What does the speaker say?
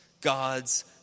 God's